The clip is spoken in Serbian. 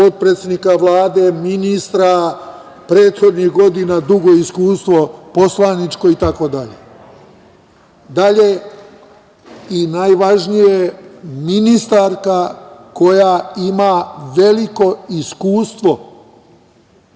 potpredsednika Vlade, ministra, prethodnih godina dugo iskustvo poslaničko itd. Dalje i najvažnije, ministarka koja ima veliko iskustvo